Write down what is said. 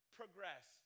progress